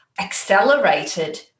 accelerated